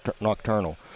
nocturnal